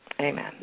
Amen